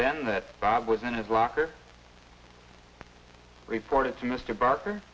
ben that bob was in his locker reported to mr barker